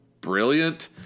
brilliant